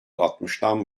altmıştan